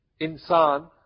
insan